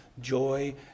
joy